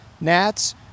gnats